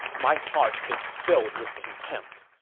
my heart is filled with contempt.